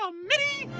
ah minnie!